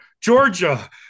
Georgia